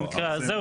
במקרה הזה,